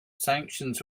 sanctions